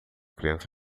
crianças